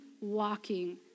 walking